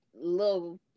little